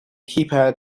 keypad